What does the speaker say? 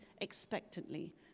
expectantly